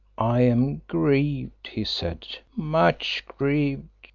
i am grieved, he said, much grieved,